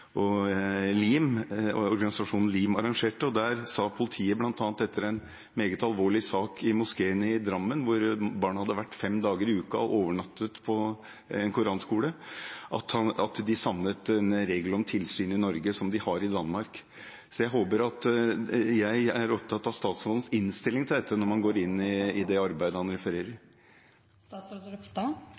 organisasjonen LIM arrangerte. Der sa politiet – bl.a. med henvisning til en meget alvorlig sak i moskeen i Drammen, der barn hadde overnattet på en koranskole fem dager i uka – at de savnet regler om tilsyn i Norge, slik de har i Danmark. Jeg er opptatt av statsrådens innstilling til dette når han går inn i det arbeidet han